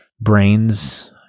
brains